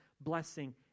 blessing